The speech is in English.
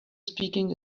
speaking